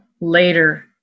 later